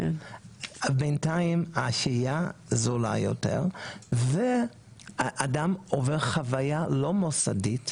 בינתיים השהייה זולה יותר ואדם עובר חוויה לא מוסדית,